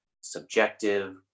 subjective